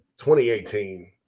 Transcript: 2018